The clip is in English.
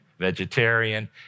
vegetarian